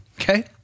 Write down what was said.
Okay